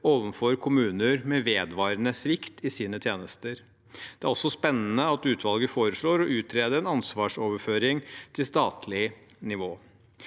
overfor kommuner med vedvarende svikt i sine tjenester. Det er også spennende at utvalget foreslår å utrede en ansvarsoverføring til statlig nivå.